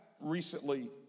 recently